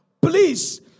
please